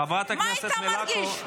מה היית מרגיש?